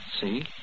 See